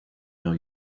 know